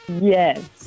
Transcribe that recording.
Yes